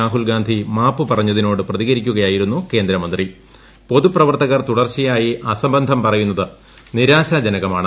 രാഹുൽ ഗാന്ധി മാപ്പ് പറഞ്ഞതിനോട് പ്രതികരിക്കുകയായിരുന്നു കേന്ദ്രമന്ത്രി പൊതുപ്രവർത്തകർ തുടർച്ചയായി അസംബന്ധം പറയുന്നത് നിരാശാജനകമാണ്